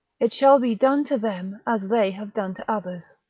it shall be done to them as they have done to others.